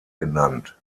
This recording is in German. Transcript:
genannt